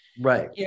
Right